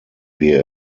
wir